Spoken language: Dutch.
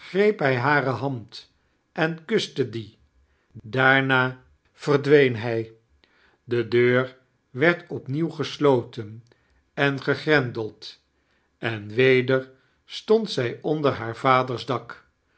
hij hare hand en kuste die daarna verdween hij de deur werd opnieuw gesloten en gegrendeld en weder stond zij onder haar vaders dak